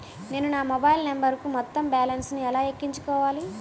నేను నా మొబైల్ నంబరుకు మొత్తం బాలన్స్ ను ఎలా ఎక్కించుకోవాలి?